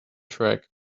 track